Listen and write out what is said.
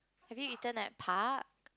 have you eaten at park